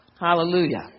Hallelujah